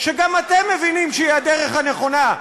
שגם אתם מבינים שהיא הדרך הנכונה,